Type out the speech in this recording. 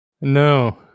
No